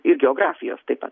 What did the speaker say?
ir geografijos tai pat